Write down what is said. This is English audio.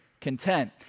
content